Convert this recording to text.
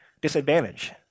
disadvantage